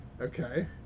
Okay